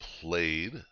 played